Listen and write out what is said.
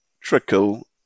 trickle